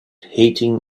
heating